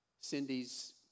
Cindy's